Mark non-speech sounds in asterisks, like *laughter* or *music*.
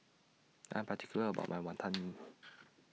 *noise* I Am particular about My Wantan Mee